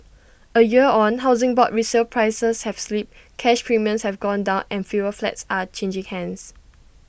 A year on Housing Board resale prices have slipped cash premiums have gone down and fewer flats are changing hands